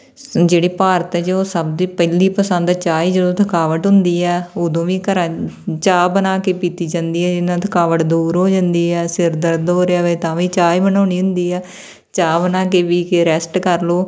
ਜਿਹੜੇ ਭਾਰਤ 'ਚ ਉਹ ਸਭ ਦੀ ਪਹਿਲੀ ਪਸੰਦ ਚਾਹ ਹੀ ਜਦੋਂ ਥਕਾਵਟ ਹੁੰਦੀ ਆ ਉਦੋਂ ਵੀ ਘਰਾਂ ਚਾਹ ਬਣਾ ਕੇ ਪੀਤੀ ਜਾਂਦੀ ਹੈ ਜੀਹਦੇ ਨਾਲ ਥਕਾਵਟ ਦੂਰ ਹੋ ਜਾਂਦੀ ਹੈ ਸਿਰ ਦਰਦ ਹੋ ਰਿਹਾ ਹੋਵੇ ਤਾਂ ਵੀ ਚਾਹ ਬਣਾਉਣੀ ਹੁੰਦੀ ਆ ਚਾਹ ਬਣਾ ਕੇ ਪੀ ਕੇ ਰੈਸਟ ਕਰ ਲਓ